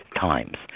times